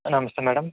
నమస్తే మ్యాడం